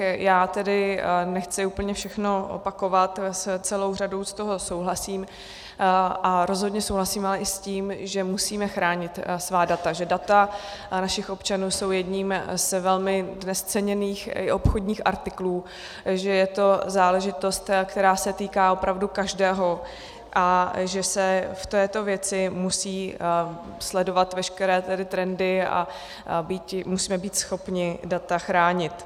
Já tedy nechci úplně všechno opakovat, s celou řadou z toho souhlasím a rozhodně souhlasím ale i s tím, že musíme chránit svá data, že data našich občanů jsou jedním z velmi dnes ceněných i obchodních artiklů, že je to záležitost, která se týká opravdu každého, a že se v této věci musí sledovat veškeré trendy a musíme být schopni data chránit.